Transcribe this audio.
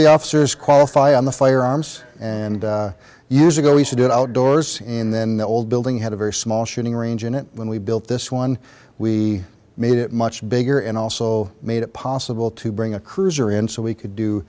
the officers qualify on the firearms and years ago we said it outdoors in then the old building had a very small shooting range in it when we built this one we made it much bigger and also made it possible to bring a cruiser in so we could do